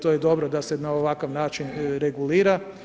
To je dobro da se na ovakav način regulira.